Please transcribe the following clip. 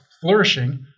flourishing